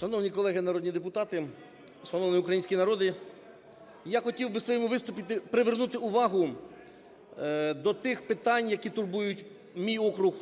Шановні колеги народні депутати! Шановний український народе! Я хотів би у своєму виступі привернути увагу до тих питань, які турбують мій округ